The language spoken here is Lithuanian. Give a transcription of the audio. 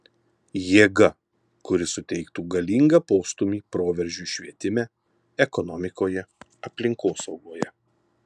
jėga kuri suteiktų galingą postūmį proveržiui švietime ekonomikoje aplinkosaugoje